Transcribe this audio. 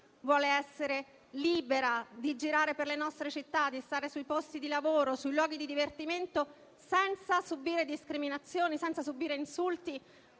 vuole essere libera di girare per le nostre città, di stare sui posti di lavoro, nei luoghi di divertimento senza subire discriminazioni, insulti